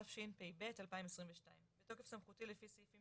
תשפ"ב 2022 מתוקף סמכותי לפי סעיפים